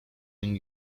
une